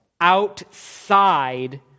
outside